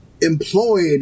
employed